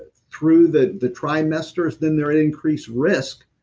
through the the trimester then they're at increased risk.